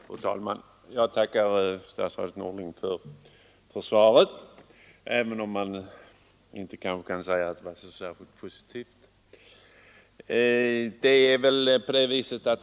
Fru talman! Jag tackar statsrådet Norling för svaret, även om man kanske inte kan säga att det var så särskilt positivt.